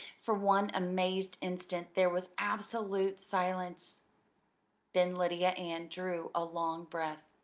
for one amazed instant there was absolute silence then lydia ann drew a long breath.